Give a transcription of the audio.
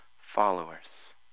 followers